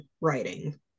writing